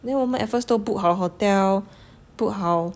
then 我们 at first 都 book 好 hotel book 好